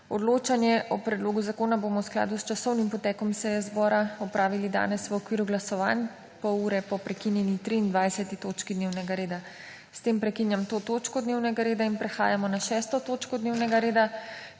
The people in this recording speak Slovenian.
Odločanje o predlogu zakona bomo v skladu s časovnim potekom seje zbora opravili danes v okviru glasovanj, pol ure po prekinjeni 23. točki dnevnega reda. S tem prekinjam to točko dnevnega reda. Prehajamo na 6. TOČKO DNEVNEGA REDA